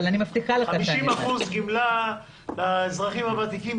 אבל אני מבטיחה לך --- 50% גמלה לאזרחים הוותיקים,